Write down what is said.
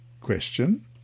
Question